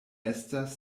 estas